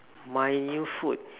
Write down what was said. my new food